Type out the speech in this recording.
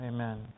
Amen